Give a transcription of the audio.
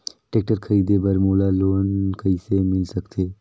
Tractor खरीदे बर मोला लोन कइसे मिल सकथे?